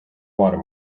water